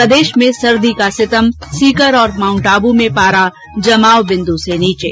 प्रदेश में सर्दी का सितम सीकर और माउंट में पारा जमाव बिंद के नीचे